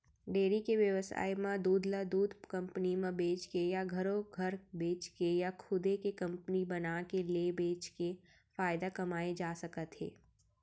dairy के बेवसाय म दूद ल दूद कंपनी म बेचके या घरो घर बेचके या खुदे के कंपनी बनाके ले बेचके फायदा कमाए जा सकत हे